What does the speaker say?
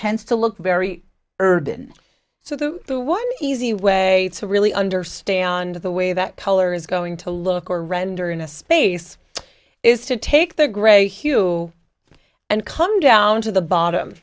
tends to look very urban so the one easy way to really understand the way that color is going to look or render in a space is to take the gray hue and come down to the bottom